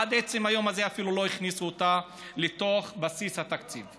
עד עצם היום הזה אפילו לא הכניסו אותה לתוך בסיס התקציב,